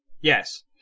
Yes